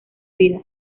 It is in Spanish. vida